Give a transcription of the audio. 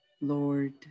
Lord